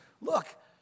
Look